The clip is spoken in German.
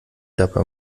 dabei